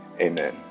Amen